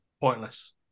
Pointless